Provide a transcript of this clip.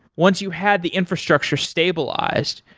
once you had the infrastructure stabilized,